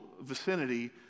vicinity